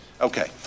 Okay